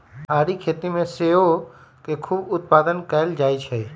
पहारी खेती में सेओ के खूब उत्पादन कएल जाइ छइ